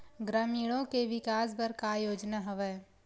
ग्रामीणों के विकास बर का योजना हवय?